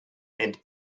and